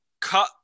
cut